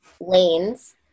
lanes